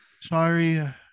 Sorry